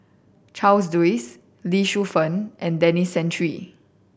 Charles Dyce Lee Shu Fen and Denis Santry